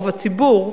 רוב הציבור.